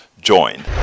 join